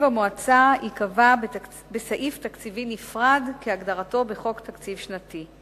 המועצה ייקבע בסעיף תקציבי נפרד כהגדרתו בחוק תקציב שנתי.